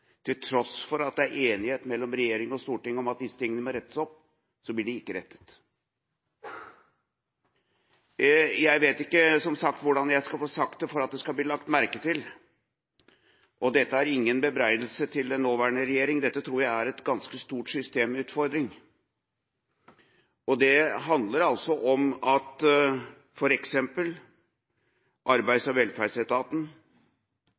at det er enighet mellom regjering og storting om at disse tingene må rettes opp, blir de ikke rettet. Jeg vet, som sagt, ikke hvordan jeg skal få sagt det for at det skal bli lagt merke til. Dette er ingen bebreidelse til den nåværende regjering, dette tror jeg er en ganske stor systemutfordring. Det handler om at